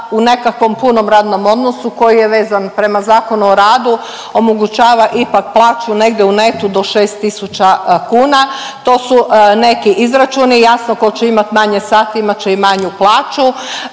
u nekakvom punom radnom odnosu koji je vezan prema ZOR-u omogućava ipak plaću negdje u neto do 6 tisuća kuna. To su neki izračuni, jasno, tko će imati manje sati, imat će i manju plaću.